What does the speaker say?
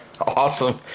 Awesome